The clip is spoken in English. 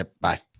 bye